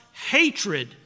hatred